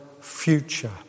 future